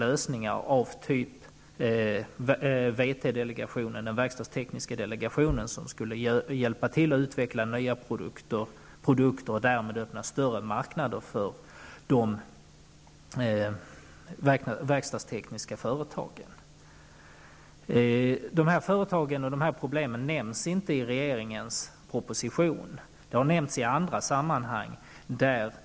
Jag tänker på t.ex. den verkstadstekniska delegationen, som skulle vara en hjälp när det gäller att utveckla nya produkter och därmed öppna större marknader för de verkstadstekniska företagen. De aktuella företagen och problemen nämns inte i regeringens proposition. Men de har tagits upp i andra sammanhang.